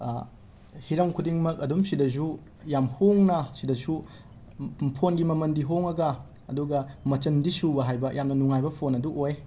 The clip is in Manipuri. ꯍꯤꯔꯝ ꯈꯨꯗꯤꯡꯃꯛ ꯑꯗꯨꯝ ꯑꯁꯤꯗꯁꯨ ꯌꯥꯝꯅ ꯍꯣꯡꯅ ꯑꯁꯤꯗꯁꯨ ꯎꯝ ꯎꯝ ꯐꯣꯟꯒꯤ ꯃꯃꯜꯗꯤ ꯍꯣꯡꯉꯒ ꯑꯗꯨꯒ ꯃꯆꯟꯗꯤ ꯁꯨꯕ ꯍꯥꯏꯕ ꯌꯥꯝꯅ ꯅꯨꯡꯉꯥꯏꯕ ꯐꯣꯟ ꯑꯗꯨ ꯑꯣꯏ